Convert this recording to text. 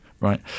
right